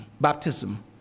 Baptism